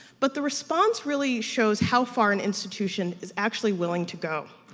but the response really shows how far an institution is actually willing to go.